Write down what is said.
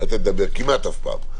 כמעט אף פעם.